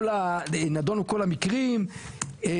נדונו כל המקרים,